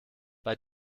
bei